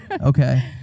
Okay